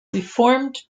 reformed